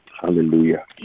Hallelujah